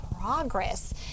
progress